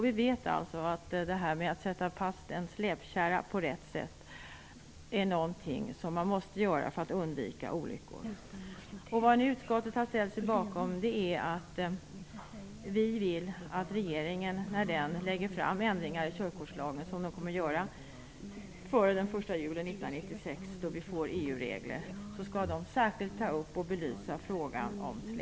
Vi vet att man måste sätta fast en släpkärra på rätt sätt för att undvika olyckor. Vad utskottet har ställt sig bakom är att regeringen när den lägger fram ändringar i körkortslagen - vilket den kommer att göra före den 1 juli 1996, då vi får EU-regler - särskilt skall ta upp och belysa frågan om släpfordon.